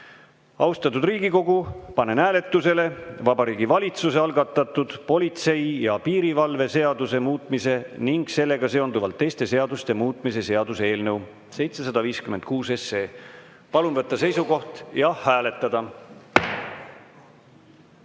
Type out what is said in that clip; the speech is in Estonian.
Aitäh! Austatud Riigikogu, panen hääletusele Vabariigi Valitsuse algatatud politsei ja piirivalve seaduse muutmise ning sellega seonduvalt teiste seaduste muutmise seaduse eelnõu 756. Palun võtta seisukoht ja hääletada!